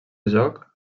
joc